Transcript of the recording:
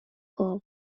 گاو